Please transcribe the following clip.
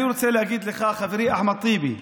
אני רוצה להגיד לך, חברי אחמד טיבי,